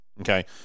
Okay